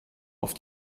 auf